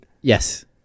Yes